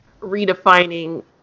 redefining